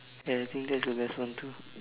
ya I think that's the best one too